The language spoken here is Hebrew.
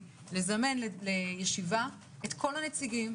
לזמן לישיבה את כל הנציגים,